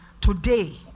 today